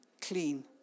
clean